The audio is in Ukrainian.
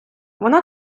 вона